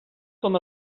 com